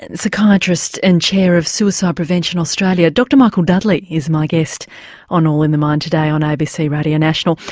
and psychiatrist and chair of suicide prevention australia dr michael dudley is my guest on all in the mind today on abc radio national,